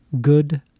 good